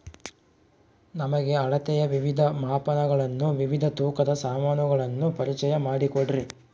ನಮಗೆ ಅಳತೆಯ ವಿವಿಧ ಮಾಪನಗಳನ್ನು ವಿವಿಧ ತೂಕದ ಸಾಮಾನುಗಳನ್ನು ಪರಿಚಯ ಮಾಡಿಕೊಡ್ರಿ?